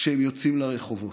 כשהם יוצאים לרחובות.